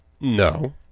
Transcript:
No